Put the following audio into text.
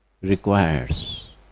requires